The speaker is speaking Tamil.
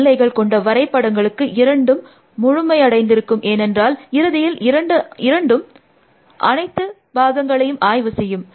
எல்லைகள் கொண்ட வரை படங்களுக்கு இரண்டும் முழுமையடைந்திருக்கும் ஏனென்றால் இறுதியில் இரண்டும் அனைத்தது பாகங்களையும் ஆய்வு செய்யும்